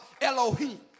Elohim